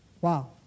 wow